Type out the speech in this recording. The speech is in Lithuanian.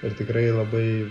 ir tikrai labai